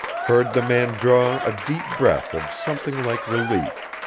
heard the man draw a deep breath of something like relief.